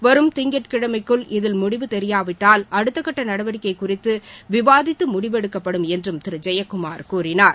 வரும் திங்கட்கிழமைக்குள் இதில் முடிவு தெரியாவிட்டால் அடுத்தகட்ட நடவடிக்கை குறித்து விவாதித்து முடிவெடுக்கப்படும் என்றும் திரு ஜெயக்குமார் கூறினார்